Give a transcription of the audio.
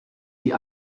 die